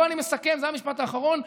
פה אני מסכם, זה המשפט האחרון.